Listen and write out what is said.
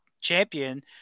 champion